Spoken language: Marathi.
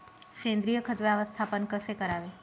सेंद्रिय खत व्यवस्थापन कसे करावे?